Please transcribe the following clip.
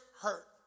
hurt